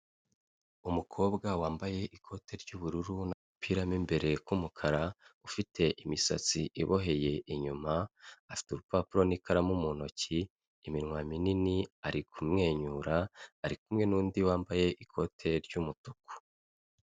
Umukobwa wambaye ikote ry'ubururu n'agapira mo imbere k'umukara, ufite imisatsi iboheye inyuma, afite urupapuro n'ikaramu mu ntoki, iminwa minini ari kumwenyura, ari kumwe n'undi wambaye ikote ry'umutuku.